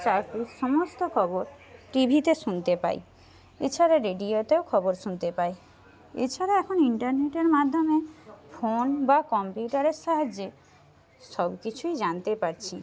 সমস্ত খবর টিভিতে শুনতে পাই এছাড়া রেডিওতেও খবর শুনতে পাই এছাড়া এখন ইন্টারনেটের মাধ্যমে ফোন বা কম্পিউটারের সাহায্যে সব কিছুই জানতে পারছি